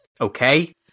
Okay